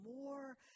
more